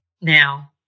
now